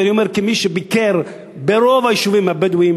ואני אומר כמי שביקר ברוב היישובים הבדואיים,